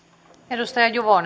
arvoisa